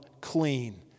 clean